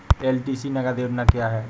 LTC नगद योजना क्या है?